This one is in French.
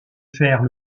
faire